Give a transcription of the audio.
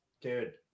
Dude